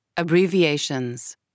Abbreviations